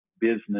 business